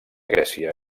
grècia